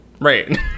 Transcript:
right